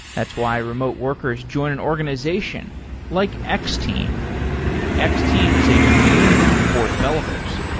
that's why remote workers join an organization like x-team. x-team is a community for developers.